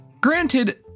Granted